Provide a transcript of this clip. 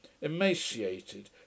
emaciated